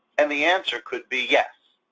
and the answer could be yes.